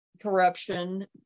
corruption